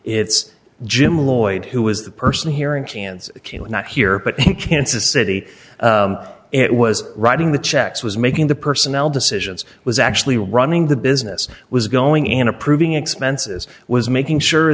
it's jim lloyd who was the person here in chance not here but in kansas city it was writing the checks was making the personnel decision i was actually running the business was going in approving expenses was making sure